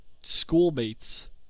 schoolmates